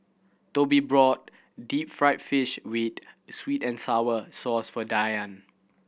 Tobie brought deep fried fish with sweet and sour sauce for Dyan